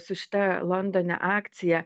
su šita londone akciją